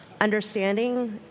understanding